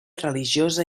religiosa